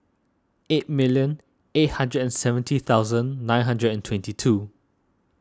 eight million eight hundred and seventy thousand nine hundred and twenty two